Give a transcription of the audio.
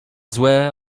złe